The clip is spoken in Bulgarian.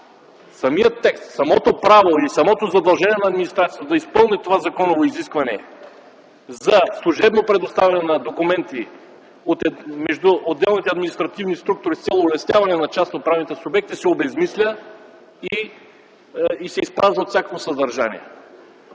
самият текст, самото право и самото задължение на администрацията да изпълни това законово изискване за служебно предоставяне на документи между отделните административни структури с цел улесняване на частно-правните субекти се обезсмисля и се изпразва от всякакво съдържание.